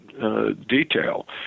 Detail